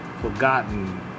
forgotten